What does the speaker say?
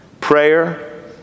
Prayer